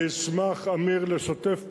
אני אשמח, עמיר, לשתף פעולה,